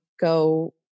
go